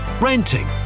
renting